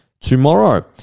tomorrow